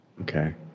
Okay